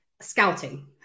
scouting